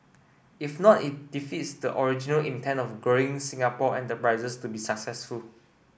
if not it defeats the original intent of growing Singapore enterprises to be successful